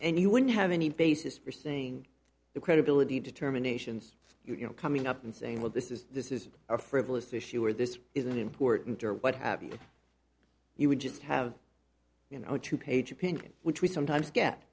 and you wouldn't have any basis for seeing the credibility determinations you know coming up and saying look this is this is a frivolous issue or this isn't important or what have you you would just have you know a two page opinion which we sometimes get